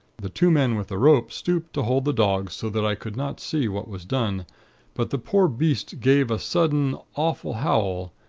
the two men with the rope, stooped to hold the dog, so that i could not see what was done but the poor beast gave a sudden awful howl,